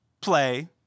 play